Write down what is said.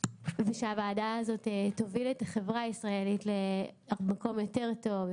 ושהוועדה הזאת תוביל את החברה הישראלית למקום יותר טוב,